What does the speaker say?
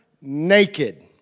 naked